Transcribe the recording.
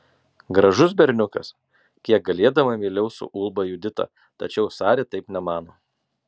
gražus berniukas kiek galėdama meiliau suulba judita tačiau sari taip nemano